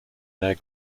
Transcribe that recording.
their